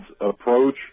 approach